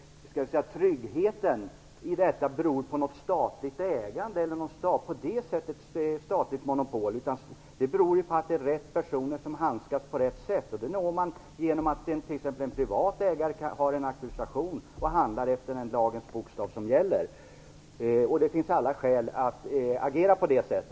Tryggheten i detta beror inte på något statligt ägande eller på ett statligt monopol, utan på att det är rätt personer som handskas med det på rätt sätt. Det når man genom att t.ex. en privat ägare har en auktorisation och handlar efter den lagens bokstav som gäller. Det finns alla skäl att agera på det sättet.